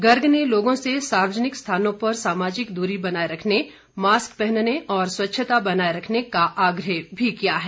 गर्ग ने लोगों से सार्वजनिक स्थानों पर सामाजिक दूरी बनाए रखने मास्क पहनने और स्वच्छता बनाए रखने का आग्रह भी किया है